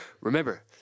remember